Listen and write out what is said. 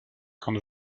quand